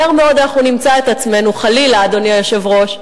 מהר מאוד נמצא את עצמנו, חלילה, אדוני היושב-ראש,